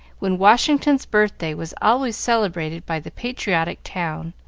when washington's birthday was always celebrated by the patriotic town,